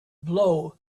blow